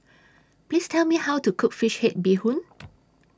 Please Tell Me How to Cook Fish Head Bee Hoon